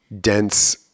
dense